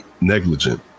negligent